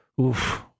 oof